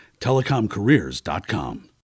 TelecomCareers.com